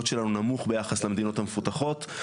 שלנו נמוך ביחס למדינות המפותחות,